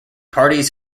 parties